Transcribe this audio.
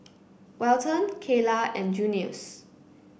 Welton Keyla and Junius